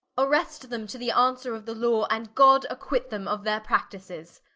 arrest them to the answer of the law, and god acquit them of their practises